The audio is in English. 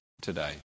today